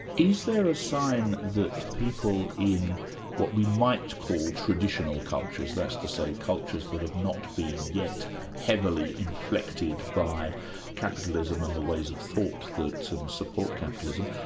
is there a sign that people in what we might call traditional cultures, that's to say cultures that have not been yet heavily inflected by capitalism and the ways of thought that um support capitalism.